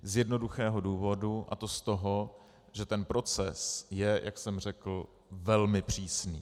Z jednoduchého důvodu, a to z toho, že ten proces je, jak jsem řekl, velmi přísný.